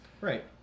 Right